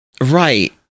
Right